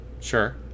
Sure